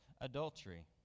adultery